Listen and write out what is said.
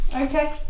Okay